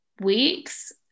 weeks